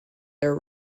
their